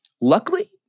Luckily